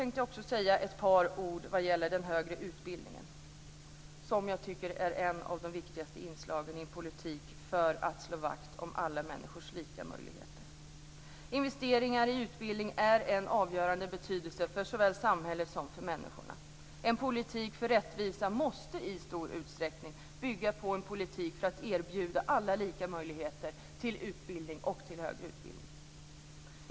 Några ord om den högre utbildningen, som jag tycker är ett av de viktigaste inslagen i en politik för att slå vakt om alla människors lika möjligheter. Investeringar i utbildning är av avgörande betydelse för såväl samhället som människor. En politik för rättvisa måste i stor utsträckning bygga på en politik för att erbjuda alla lika möjligheter till utbildning och till högre utbildning.